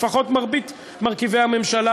לפחות מרבית מרכיבי הממשלה,